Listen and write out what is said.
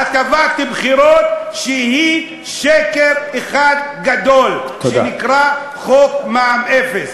הטבת בחירות שהיא שקר אחד גדול שנקרא חוק מע"מ אפס.